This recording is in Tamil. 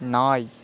நாய்